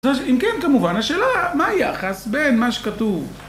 אם כן, כמובן, השאלה מה היחס בין מה שכתוב ...